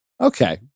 Okay